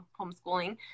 homeschooling